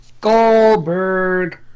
Goldberg